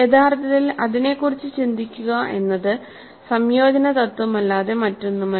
യഥാർത്ഥത്തിൽ "അതിനെക്കുറിച്ച് ചിന്തിക്കുക" എന്നത് സംയോജന തത്വമല്ലാതെ മറ്റൊന്നുമല്ല